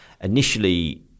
initially